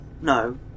No